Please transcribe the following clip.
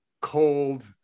cold